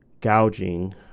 gouging